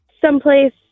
someplace